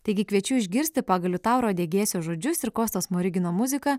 taigi kviečiu išgirsti pagal liutauro degėsio žodžius ir kosto smorigino muzika